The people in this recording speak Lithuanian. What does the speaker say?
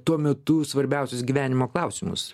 tuo metu svarbiausius gyvenimo klausimus